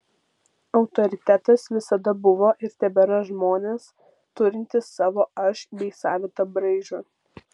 autoritetas visada buvo ir tebėra žmonės turintys savo aš bei savitą braižą